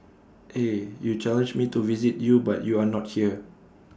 eh you challenged me to visit your but you are not here